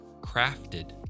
crafted